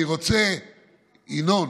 ינון,